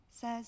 says